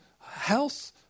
health